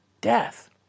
Death